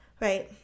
right